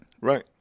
right